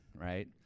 right